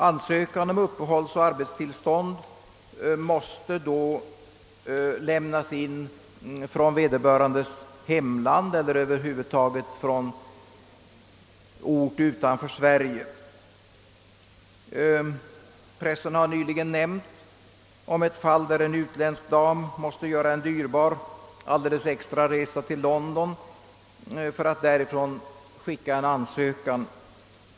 Ansökan om uppehållsoch arbetstillstånd måste då lämnas in från vederbörandes hemland eller i varje fall från en ort utanför Sverige. Pressen har nyligen omnämnt ett fall, då en utländsk dam måste göra en dyrbar, alldeles extra resa till London för att därifrån skicka en ansökan.